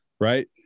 right